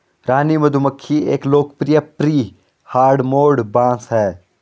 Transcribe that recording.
रानी मधुमक्खी एक लोकप्रिय प्री हार्डमोड बॉस है